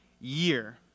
year